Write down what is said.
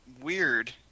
weird